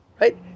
Right